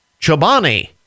Chobani